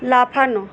লাফানো